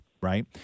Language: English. Right